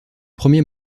premier